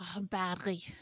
badly